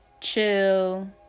chill